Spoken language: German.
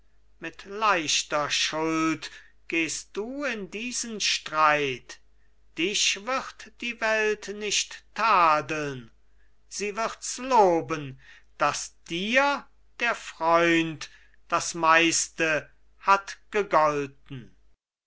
mit leichter schuld gehst du in diesen streit dich wird die welt nicht tadeln sie wirds loben daß dir der freund das meiste hat gegolten